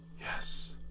Yes